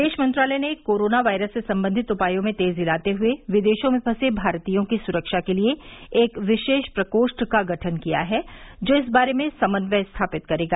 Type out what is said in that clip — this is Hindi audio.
विदेश मंत्रालय ने कोरोना वायरस से संबंधित उपायों में तेजी लाते हुए विदेशों में फसे भारतीयों की सुरक्षा के लिए एक विशेष प्रकोष्ठ का गठन किया है जो इस बारे में समन्वय स्थापित करेगा